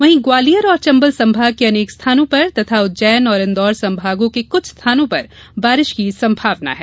वहीं ग्वालियर और चंबल संभाग के अनेक स्थानों पर तथा उज्जैन और इंदौर संभागों के कुछ स्थानों पर बारिश की संभावना है